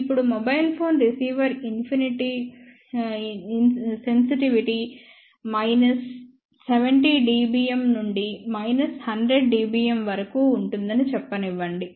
ఇప్పుడుమొబైల్ phone receiver sensitivity minus 70 dBm నుండి minus 100 dBm వరకు ఉంటుందని చెప్పనివ్వండి